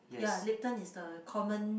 ya Lipton is the common